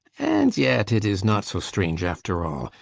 and yet, it is not so strange after all.